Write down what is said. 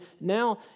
now